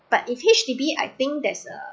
but if H_D_B I think there's a